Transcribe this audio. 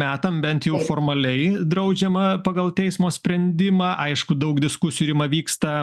metam bent jau formaliai draudžiama pagal teismo sprendimą aišku daug diskusijų rima vyksta